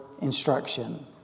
instruction